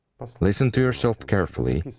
listen to yourself carefully,